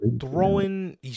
throwing